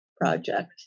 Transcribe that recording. project